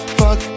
fuck